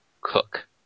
Cook